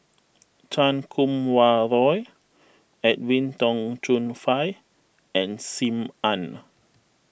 Chan Kum Wah Roy Edwin Tong Chun Fai and Sim Ann